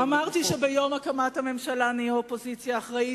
אמרתי ביום הקמת הממשלה שנהיה אופוזיציה אחראית.